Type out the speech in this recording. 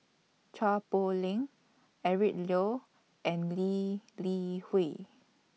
Chua Poh Leng Eric Low and Lee Li Hui